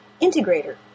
integrator